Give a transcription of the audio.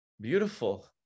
Beautiful